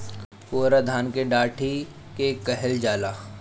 पुअरा धान के डाठी के कहल जाला